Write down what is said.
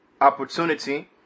opportunity